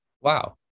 Wow